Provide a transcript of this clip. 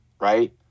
right